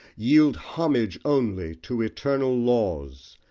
yield homage only to eternal laws!